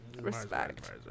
respect